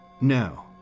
No